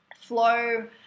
flow